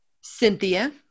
Cynthia